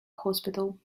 hospital